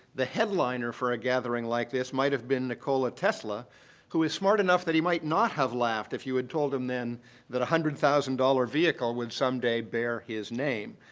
the headliner for a gathering like this might have been nikola tesla who is smart enough that he might not have laughed if you had told him then that a hundred thousand dollar vehicle would some day bear his name.